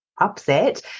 upset